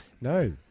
No